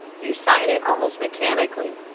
you sign it almost mechanically.